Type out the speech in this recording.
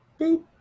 Boop